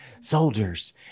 soldiers